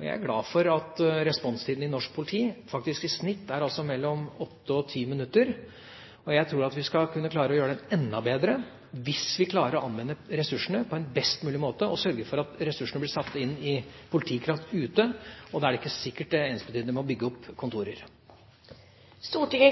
Jeg er glad for at responstiden i norsk politi i snitt faktisk er på mellom åtte og ti minutter, og jeg tror at vi skal kunne klare å gjøre den enda bedre – hvis vi klarer å anvende ressursene på en best mulig måte og sørge for at ressursene blir satt inn i politikraft ute. Da er det ikke sikkert at det er ensbetydende med å bygge opp kontorer. «I